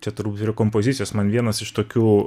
čia turbūt yra kompozicijos man vienas iš tokių